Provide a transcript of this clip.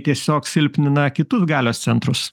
tiesiog silpnina kitus galios centrus